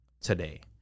today